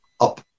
up